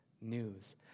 news